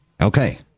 Okay